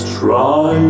try